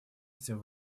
этим